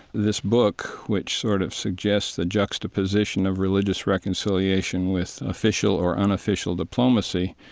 this book, which sort of suggests the juxtaposition of religious reconciliation with official or unofficial diplomacy,